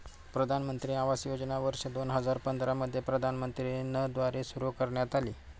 प्रधानमंत्री आवास योजना वर्ष दोन हजार पंधरा मध्ये प्रधानमंत्री न द्वारे सुरू करण्यात आली